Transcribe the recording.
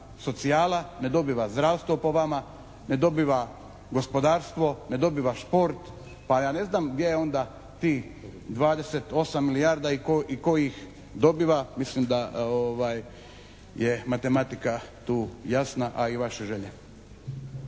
socijala, ne dobiva zdravstvo po vama, ne dobiva gospodarstvo, ne dobiva šport pa ja ne znam gdje je onda tih 28 milijarda i tko ih dobiva. Mislim da je matematika tu jasna a i vaše želje.